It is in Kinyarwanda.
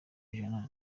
ijana